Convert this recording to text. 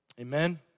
Amen